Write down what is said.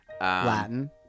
Latin